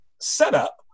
setup